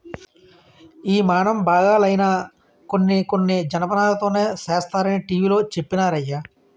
యిమానం బాగాలైనా కొన్ని కొన్ని జనపనారతోనే సేస్తరనీ టీ.వి లో చెప్పినారయ్య